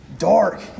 Dark